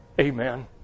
Amen